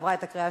נתקבל.